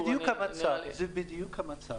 זה בדיוק המצב.